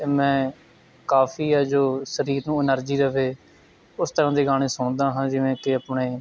ਅਤੇ ਮੈਂ ਕਾਫੀ ਹੈ ਜੋ ਸਰੀਰ ਨੂੰ ਐਨਰਜੀ ਦੇਵੇ ਉਸ ਤਰ੍ਹਾਂ ਦੇ ਗਾਣੇ ਸੁਣਦਾ ਹਾਂ ਜਿਵੇਂ ਕਿ ਆਪਣੇ